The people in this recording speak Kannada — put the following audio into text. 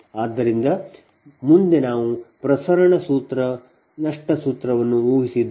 ಆದ್ದರಿಂದ ಮುಂದೆ ನಾವು ಪ್ರಸರಣ ನಷ್ಟ ಸೂತ್ರವನ್ನು ಊಹಿಸಿದ್ದೇವೆ